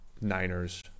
niners